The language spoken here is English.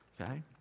Okay